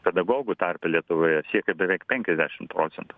pedagogų tarpe lietuvoje siekia beveik penkiasdešim procentų